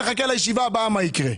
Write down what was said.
נחכה לישיבה הבאה מה יקרה.